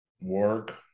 Work